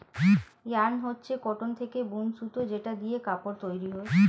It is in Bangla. ইয়ার্ন হচ্ছে কটন থেকে বুন সুতো যেটা দিয়ে কাপড় তৈরী হয়